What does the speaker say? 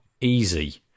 easy